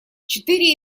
четыре